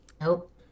Nope